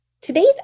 Today's